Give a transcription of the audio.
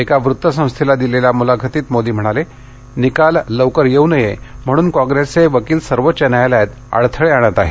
एका वृत्त संस्थेला दिलेल्या मुलाखतीत मोदी म्हणाले निकाल लौकर येऊ नये म्हणून कॉंग्रेसचे वकील सर्वोच्च न्यायालयात अडथळे आणत आहेत